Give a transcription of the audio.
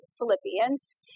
Philippians